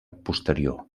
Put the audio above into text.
posterior